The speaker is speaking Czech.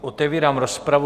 Otevírám rozpravu.